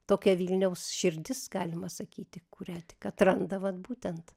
tokia vilniaus širdis galima sakyti kurią tik atranda vat būtent